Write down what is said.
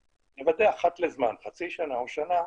אחת לתקופה, חצי שנה או שנה,